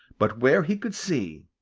but where he could see,